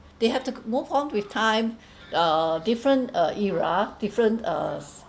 they have to move on with times uh different uh era different uh